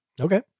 okay